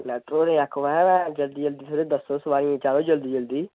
connector होरें गी आक्खो महां भैं जल्दी जल्दी दस्सो सोअरियें गी चाढ़ो जल्दी जल्दी